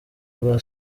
bwa